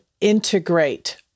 integrate